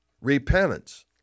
repentance